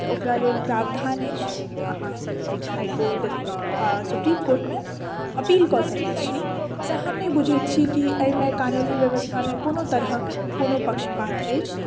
तऽ ओकरा लेल प्रावधान अछि अहाँ हाइ कोर्ट आ सुप्रीम कोर्टमे अपील कऽ सकैत छी तऽ हम नहि बुझैत छी कि एहिमे कानूनी व्यवस्थामे कोनो तरहक कोनो पक्षपात अछि